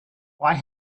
why